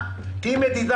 חה"כ יעקב טסלר,